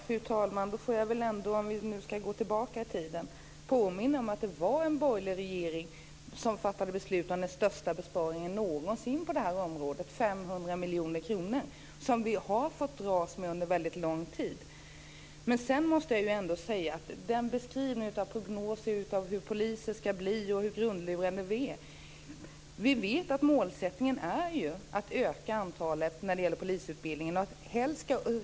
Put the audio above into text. Fru talman! Då får jag väl, om vi nu ska gå tillbaka i tiden, påminna om att det var en borgerlig regering som fattade beslut om den största besparingen någonsin på det här området - 500 miljoner kronor. Detta har vi fått dras med under väldigt lång tid. Maud Ekendahl talar om prognoser för hur det ska bli med polisen och hur grundlurade vi är. Vi vet att målsättningen är att öka antalet när det gäller polisutbildningen.